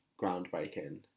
groundbreaking